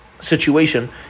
situation